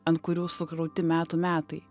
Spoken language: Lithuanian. ant kurių sukrauti metų metai